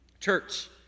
Church